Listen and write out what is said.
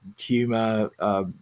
humour